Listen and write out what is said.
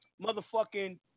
motherfucking